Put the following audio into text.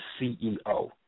CEO